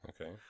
Okay